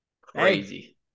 crazy